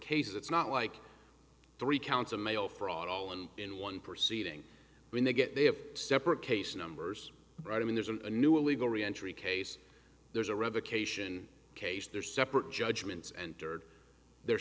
cases it's not like three counts of mail fraud all and in one proceeding when they get their separate case numbers right i mean there's a new a legal reentry case there's a revocation case they're separate judgments and they're